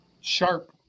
Sharp